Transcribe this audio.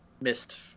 missed